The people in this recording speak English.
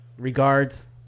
Regards